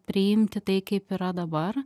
priimti tai kaip yra dabar